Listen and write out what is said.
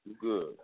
Good